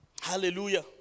Hallelujah